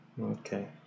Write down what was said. Okay